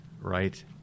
Right